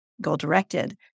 goal-directed